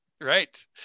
Right